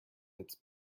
its